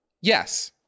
Yes